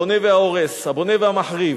הבונה וההורס, הבונה והמחריב.